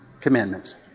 commandments